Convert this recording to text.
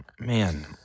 Man